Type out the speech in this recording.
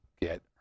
get